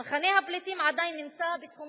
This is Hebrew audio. מחנה הפליטים עדיין נמצא בתחומה